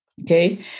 Okay